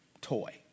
toy